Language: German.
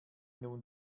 nun